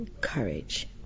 courage